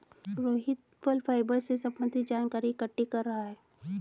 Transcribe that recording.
रोहित फल फाइबर से संबन्धित जानकारी इकट्ठा कर रहा है